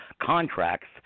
contracts